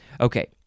Okay